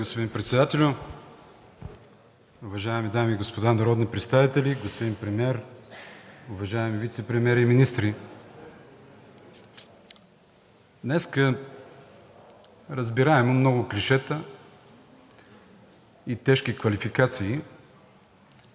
Ви, господин Председател. Уважаеми дами и господа народни представители, господин Премиер, уважаеми вицепремиери и министри! Днес, разбираемо, много клишета и тежки квалификации,